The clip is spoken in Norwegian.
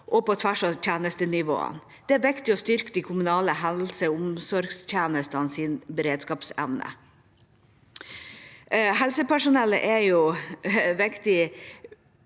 og på tvers av tjenestenivå. Det er viktig å styrke de kommunale helse- og omsorgstjenestenes beredskapsevne. Helsepersonellet er viktig